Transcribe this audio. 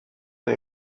neu